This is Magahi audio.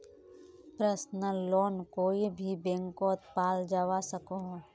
पर्सनल लोन कोए भी बैंकोत पाल जवा सकोह